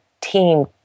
team